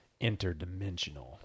Interdimensional